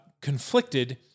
conflicted